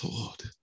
Lord